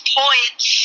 points